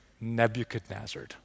Nebuchadnezzar